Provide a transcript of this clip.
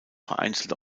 vereinzelt